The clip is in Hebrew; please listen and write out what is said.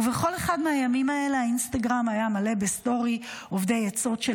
ובכל אחד מהימים האלה האינסטגרם היה מלא בסטוריז אובדי עצות של